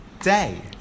day